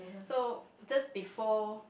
so just before